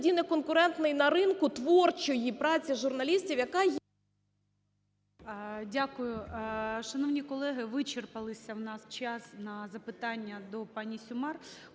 неконкурентний на ринку творчої праці журналістів, яка є… Веде